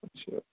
اچھا